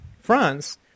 France